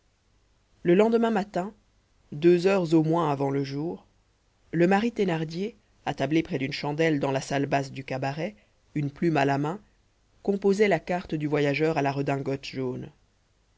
le lendemain matin deux heures au moins avant le jour le mari thénardier attablé près d'une chandelle dans la salle basse du cabaret une plume à la main composait la carte du voyageur à la redingote jaune